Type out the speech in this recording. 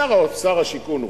שר השיכון,